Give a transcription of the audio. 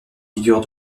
figure